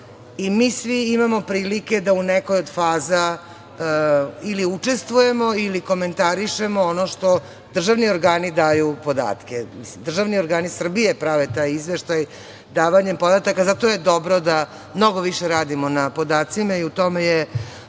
i mi svi imamo prilike da u nekoj od faza ili učestvujemo ili komentarišemo ono što državni organi daju podatke. Državni organi Srbije prave taj izveštaj davanje podataka, zato je dobro da mnogo više radimo na podacima i u tome je